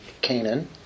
Canaan